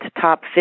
top